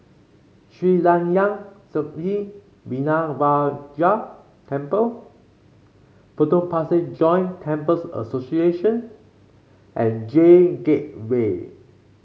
Sri Layan Sithi Vinayagar Temple Potong Pasir Joint Temples Association and J Gateway